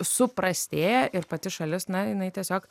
suprastėja ir pati šalis na jinai tiesiog